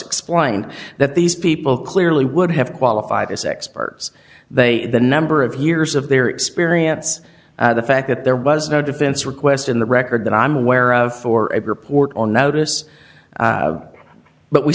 explained that these people clearly would have qualified as experts they the number of years of their experience the fact that there was no defense request in the record that i'm aware of for a report on notice but we